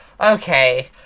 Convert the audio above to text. Okay